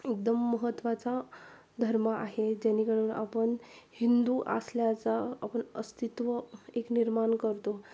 एकदम महत्त्वाचा धर्म आहे जेणेकरून आपण हिंदू असल्याचा आपण अस्तित्व एक निर्माण करतो